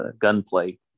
gunplay